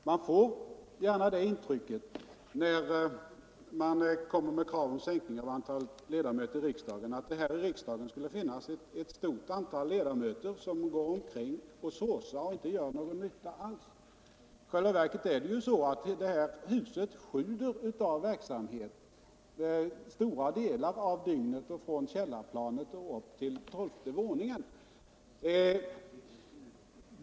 Man får gärna det intrycket när krav framställs om en sänkning av antalet ledamöter, att det här i riksdagen skulle finnas ett stort antal ledamöter som bara går omkring och såsar och inte gör någon nytta alls. I själva verket är det ju så, att det här i huset under stora delar av dygnet sjuder av verksamhet från källarplanet och upp till tolfte våningen.